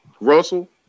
Russell